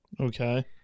Okay